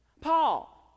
Paul